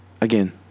again